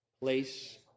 place